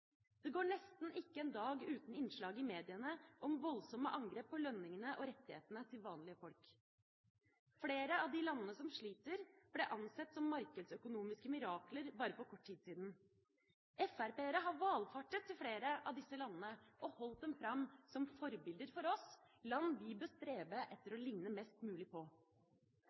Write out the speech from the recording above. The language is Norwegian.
Det går nesten ikke en dag uten innslag i mediene om voldsomme angrep på lønningene og rettighetene til vanlige folk. Flere av de landene som sliter, ble ansett som markedsøkonomiske mirakler bare for kort tid siden. FrP-ere har valfartet til flere av disse landene og holdt dem fram som forbilder for oss, som land vi bør strebe etter å ligne mest mulig på.